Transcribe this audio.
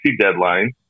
Deadline